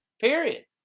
period